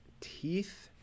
Teeth